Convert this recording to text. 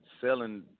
selling